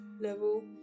level